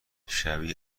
شبیه